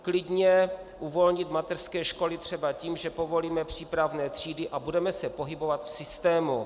Klidně uvolnit mateřské školy třeba tím, že povolíme přípravné třídy a budeme se pohybovat v systému.